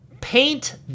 paint